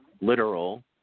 literal